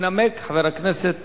ינמק חבר הכנסת